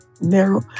narrow